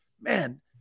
man